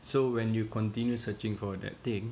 so when you continue searching for that thing